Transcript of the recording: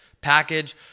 package